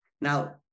Now